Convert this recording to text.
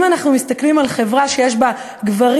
אם אנחנו מסתכלים על חברה שיש בה גברים,